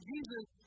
Jesus